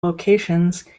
locations